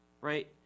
right